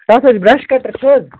تَتھ حظ چھِ برٛش کَٹر سٍتۍ